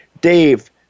Dave